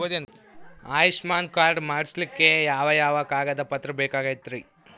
Ayushman card ಮಾಡ್ಸ್ಲಿಕ್ಕೆ ಯಾವ ಯಾವ ಕಾಗದ ಪತ್ರ ಬೇಕಾಗತೈತ್ರಿ?